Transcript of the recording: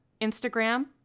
Instagram